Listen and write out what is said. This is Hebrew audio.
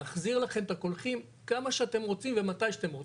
נחזיר לכם את הקולחים כמה שאתם רוצים ומתי שאתם רוצים,